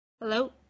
hello